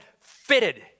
Fitted